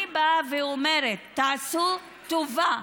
אני באה ואומרת: תעשו טובה,